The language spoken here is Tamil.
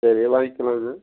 சரி வாங்கிக்கலாங்க